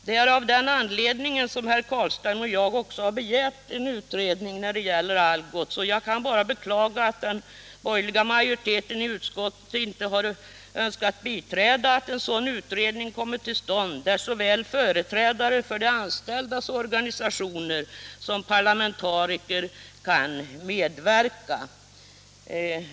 Det är av den anledningen som herr Carlstein och jag har begärt en utredning när det gäller Algots, och jag kan bara beklaga att den borgerliga majoriteten i utskottet inte har velat biträda förslaget om en sådan utredning, där såväl företrädare för de anställdas organisationer som parlamentariker kan medverka.